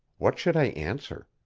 what should i answer?